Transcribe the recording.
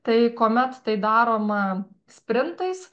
tai kuomet tai daroma sprintais